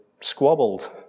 squabbled